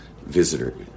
visitor